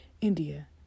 India